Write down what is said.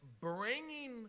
bringing